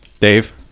Dave